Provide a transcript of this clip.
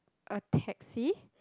a taxi